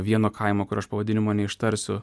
vieno kaimo kur aš pavadinimo neištarsiu